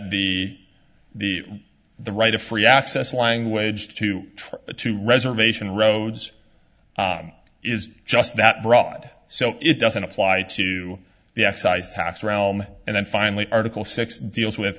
the the the right of free access language to try to reservation roads is just that broth so it doesn't apply to the excise tax realm and then finally article six deals with